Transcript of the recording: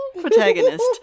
protagonist